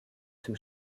zum